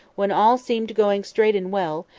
when all seemed going straight and well,